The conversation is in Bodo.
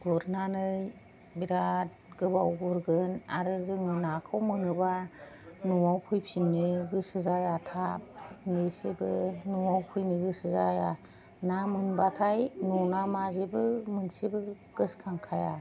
गुरनानै बिरात गोबाव गुरगोन आरो जोङो नाखौ मोनोब्ला न'आव फैफिननो गोसो जाया थाब एसेबो न'आव फैनो गोसो जाया ना मोनब्लाथाय न'ना मा जेबो मोनसेबो गोसोखांखाया